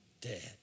Dead